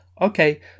Okay